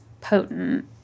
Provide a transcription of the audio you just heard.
potent